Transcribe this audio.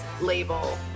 label